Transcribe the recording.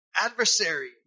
adversary